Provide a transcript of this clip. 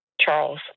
Charles